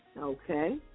Okay